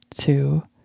two